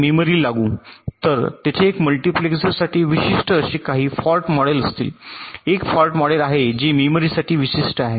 तर तेथे एक मल्टिप्लेसरसाठी विशिष्ट असे काही फॉल्ट मॉडेल असतील एक फॉल्ट मॉडेल आहे जे मेमरीसाठी विशिष्ट आहे